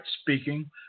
speaking